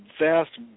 vast